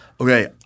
Okay